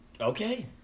Okay